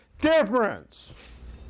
difference